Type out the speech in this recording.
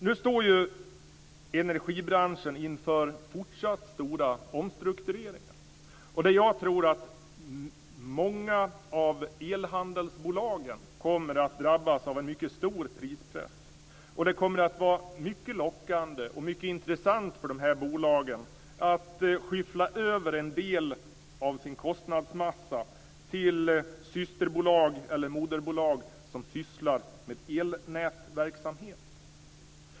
Nu står ju energibranschen inför fortsatt stora omstruktureringar, och jag tror att många av elhandelsbolagen kommer att drabbas av en mycket stor prispress. Det kommer att vara mycket lockande och mycket intressant för dessa bolag att skyffla över en del av sina kostnader till systerbolag eller moderbolag som sysslar med elnätverksamhet.